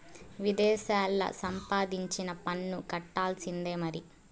విదేశాల్లా సంపాదించినా పన్ను కట్టాల్సిందే మరి